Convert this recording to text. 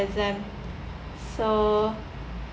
exam so